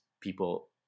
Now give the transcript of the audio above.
people